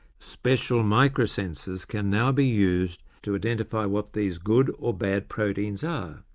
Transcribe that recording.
special micro-sensors can now be used to identify what these good or bad proteins are,